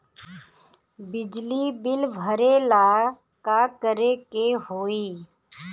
बिजली बिल भरेला का करे के होई?